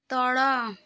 ତଳ